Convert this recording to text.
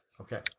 Okay